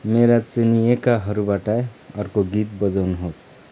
मेरा चिनिएकाहरूबाट अर्को गीत बजाउनुहोस्